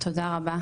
תודה רבה,